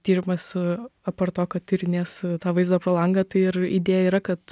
tyrimas su apart to kad tyrinės tą vaizdą pro langą tai ir idėja yra kad